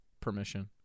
permission